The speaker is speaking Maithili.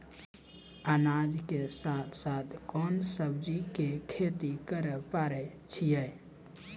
अनाज के साथ साथ कोंन सब्जी के खेती करे पारे छियै?